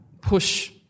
push